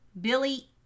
Billy